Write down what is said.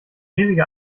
riesige